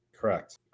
Correct